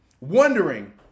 wondering